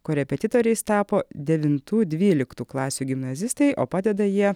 korepetitoriais tapo devintų dvyliktų klasių gimnazistai o padeda jie